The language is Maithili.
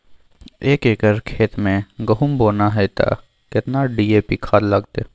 एक एकर खेत मे गहुम बोना है त केतना डी.ए.पी खाद लगतै?